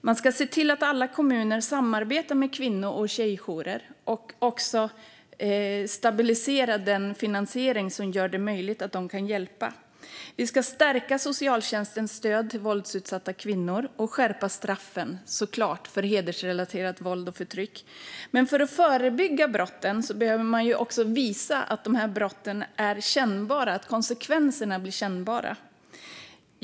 Man ska se till att alla kommuner samarbetar med kvinno och tjejjourer och även stabilisera den finansiering som gör det möjligt för dem att hjälpa. Man ska stärka socialtjänstens stöd till våldsutsatta kvinnor och självfallet skärpa straffen för hedersrelaterat våld och förtryck. För att förebygga brott behöver man också visa att brotten får kännbara konsekvenser.